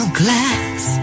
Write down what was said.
glass